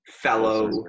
fellow –